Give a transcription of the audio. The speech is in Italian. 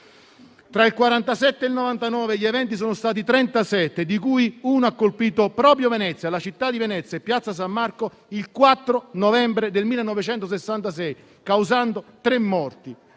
Tra il 1947 e il 1999 gli eventi sono stati 37, di cui uno ha colpito proprio la città di Venezia e Piazza San Marco, il 4 novembre 1966, causando tre morti.